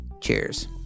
Cheers